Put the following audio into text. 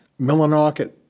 Millinocket